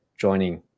joining